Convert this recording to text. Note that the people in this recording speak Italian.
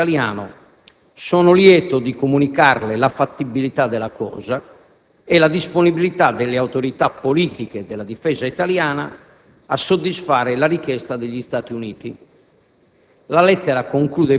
ne do la traduzione in italiano: «Sono lieto si comunicarle la fattibilità della cosa e la disponibilità delle autorità politiche della Difesa italiana a soddisfare la richiesta degli Stati Uniti».